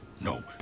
no